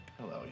Hello